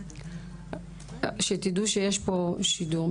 שתדעו שיש פה שידור.